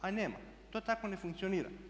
Ali nema, to tako ne funkcionira.